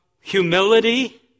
humility